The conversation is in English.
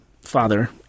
father